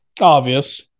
Obvious